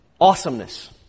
awesomeness